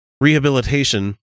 rehabilitation